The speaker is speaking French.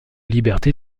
liberté